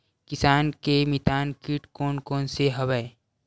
किसान के मितान कीट कोन कोन से हवय?